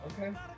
Okay